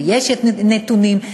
ויש נתונים.